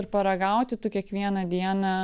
ir paragauti tu kiekvieną dieną